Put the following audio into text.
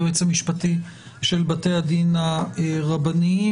היועץ המשפטי של בתי הדין הרבניים,